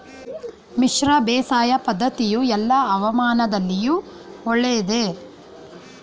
ಮಿಶ್ರ ಬೇಸಾಯ ಪದ್ದತಿಯು ಎಲ್ಲಾ ಹವಾಮಾನದಲ್ಲಿಯೂ ಒಳ್ಳೆಯದೇ?